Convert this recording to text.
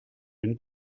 d’une